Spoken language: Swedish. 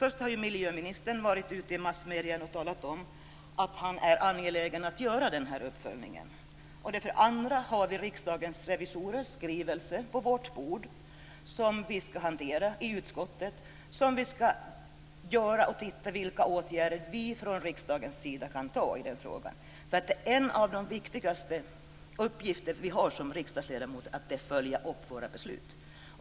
För det första har miljöministern varit ute och i massmedierna talat om att han är angelägen att göra den här uppföljningen. För det andra har vi Riksdagens revisorers skrivelse på vårt bord som vi ska behandla i utskottet och se vilka åtgärder vi från riksdagens sida kan vidta i den frågan. En av de viktigaste uppgifter vi har som riksdagsledamöter är att följa upp våra beslut.